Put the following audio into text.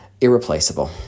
irreplaceable